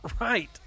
right